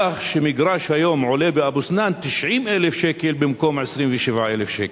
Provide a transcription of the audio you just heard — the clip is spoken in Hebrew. כך שמגרש עולה היום באבו-סנאן 90,000 שקלים במקום 27,000 שקלים.